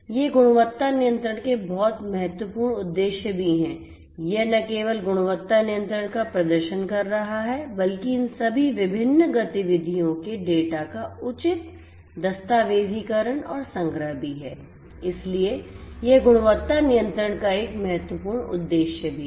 ये गुणवत्ता नियंत्रण के बहुत महत्वपूर्ण उद्देश्य भी हैं यह न केवल गुणवत्ता नियंत्रण का प्रदर्शन कर रहा है बल्कि इन सभी विभिन्न गतिविधियों के डेटा का उचित दस्तावेज़ीकरण और संग्रह भी है और इसलिए यह गुणवत्ता नियंत्रण का एक महत्वपूर्ण उद्देश्य भी है